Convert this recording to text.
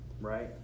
right